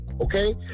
okay